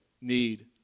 need